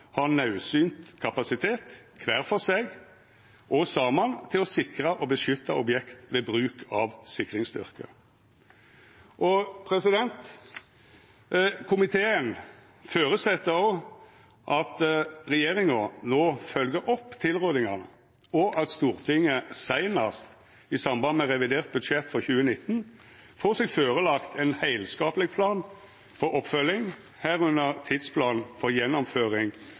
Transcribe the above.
har nødvendig kapasitet, hver for seg og sammen, til å sikre og beskytte objekter ved bruk av sikringsstyrker.» Komiteen føreset at regjeringa no følgjer opp tilrådinga, og at Stortinget seinast i samband med revidert budsjett for 2019 får seg førelagt ein heilskapeleg plan for oppfølging, herunder tidsplan for gjennomføring